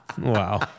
Wow